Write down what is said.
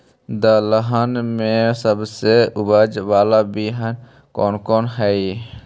दलहन में सबसे उपज बाला बियाह कौन कौन हइ?